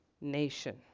nation